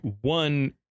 one